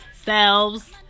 selves